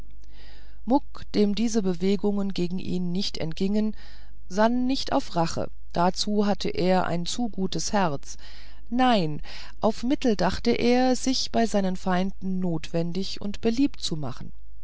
dem diese bewegungen gegen ihn nicht entgingen sann nicht auf rache dazu hatte er ein zu gutes herz nein auf mittel dachte er sich bei seinen feinden notwendig und beliebt zu machen